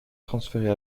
transférées